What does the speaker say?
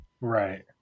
right